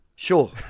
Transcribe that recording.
Sure